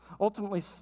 Ultimately